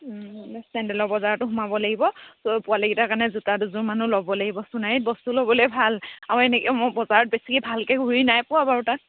চেণ্ডেলৰ বজাৰতো সোমাব লাগিব চ' পোৱালীকেইটাৰ কাৰণে জোতা দুযোৰমানো ল'ব লাগিব সোনাৰীত বস্তু ল'বলৈ ভাল আৰু এনেকৈ মই বজাৰত বেছিকৈ ভালকৈ ঘূৰি নাই পোৱা বাৰু তাত